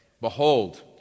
Behold